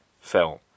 film